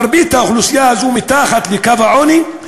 מרבית האוכלוסייה הזו מתחת לקו העוני,